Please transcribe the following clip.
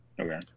Okay